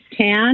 tan